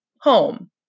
home